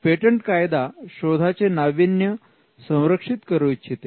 patent कायदा शोधाचे नाविन्य संरक्षित करू इच्छिते